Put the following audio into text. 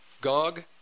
Gog